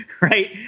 right